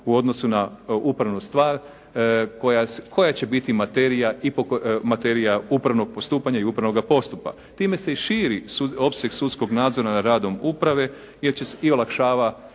u odnosu na upravnu stvar koja će biti materija i materija upravnog postupanja i upravnoga postupka. Time se i širi opseg sudskog nadzora nad radom uprave i olakšava